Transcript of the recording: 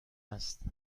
است